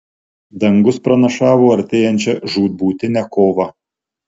dangus pranašavo artėjančią žūtbūtinę kovą